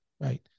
right